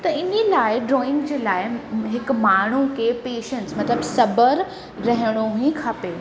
इ हिन लाइ ड्रॉइंग जे लाइ हिकु माण्हूअ खे पेशंस मतलबु सबर रहिणो ई खपे